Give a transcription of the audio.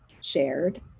shared